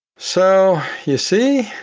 so, you see,